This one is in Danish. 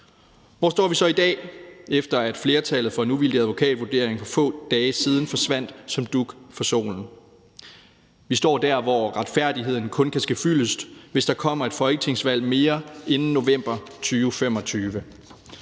Hvor står vi så i dag, efter at flertallet for en uvildig advokatvurdering for få dage siden forsvandt som dug for solen? Vi står der, hvor retfærdigheden kun kan ske fyldest, hvis der kommer et folketingsvalg mere inden november 2025,